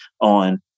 on